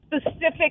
specific